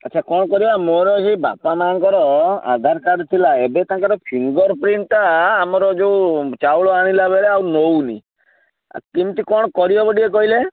ଆଚ୍ଛା କ'ଣ କରିବା ମୋର ସେଇ ବାପା ମାଆଙ୍କର ଆଧାର କାର୍ଡ଼ ଥିଲା ଏବେ ତାଙ୍କର ଫିଙ୍ଗର ପ୍ରିଣ୍ଟ୍ଟା ଆମର ଯେଉଁ ଚାଉଳ ଆଣିଲା ବେଳେ ଆଉ ନେଉନି ଆ କେମିତି କ'ଣ କରିହେବ ଟିକିଏ କହିଲେ